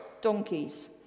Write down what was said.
donkeys